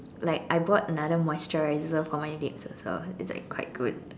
like I bought another moisturizer for my legs also it's like quite good